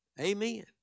Amen